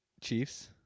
Chiefs